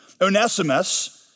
Onesimus